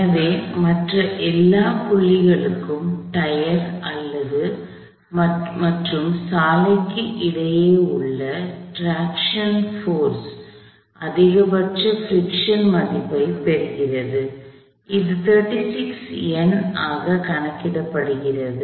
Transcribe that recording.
எனவே மற்ற எல்லாப் புள்ளிகளுக்கும் டயர் மற்றும் சாலைக்கு இடையே உள்ள ட்ராக்ஷன் போர்ஸ் traction force இழுவை விசை அதிகபட்ச பிரிக்க்ஷன் மதிப்பைப் பெறுகிறது இது 36 N ஆகக் கணக்கிடப்படுகிறது